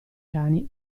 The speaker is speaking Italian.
cani